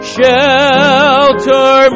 Shelter